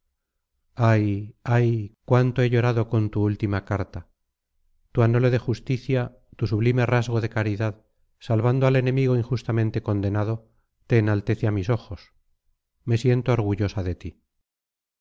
ay ay cuánto he llorado con tu última carta tu anhelo de justicia tu sublime rasgo de caridad salvando al enemigo injustamente condenado te enaltece a mis ojos me siento orgullosa de ti